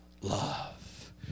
love